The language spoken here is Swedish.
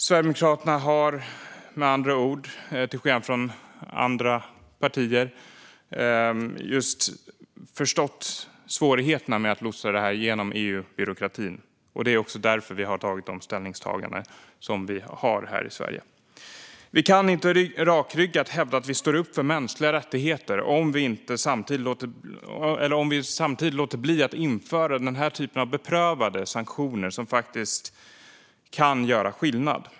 Sverigedemokraterna har med andra ord, till skillnad från andra partier, förstått svårigheterna med att lotsa detta genom EU-byråkratin. Det är också därför som vi har gjort våra ställningstaganden i Sverige. Vi kan inte rakryggat hävda att vi står upp för mänskliga rättigheter om vi samtidigt låter bli att införa denna typ av beprövade sanktioner som faktiskt kan göra skillnad.